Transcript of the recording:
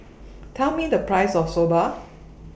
Tell Me The Price of Soba